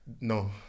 No